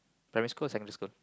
primary school or secondary school